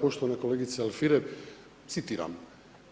Poštovana kolegica Alfirev, citiram: